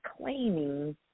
claiming